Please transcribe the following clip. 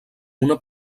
una